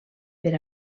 per